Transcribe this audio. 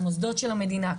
מוסדות של המדינה,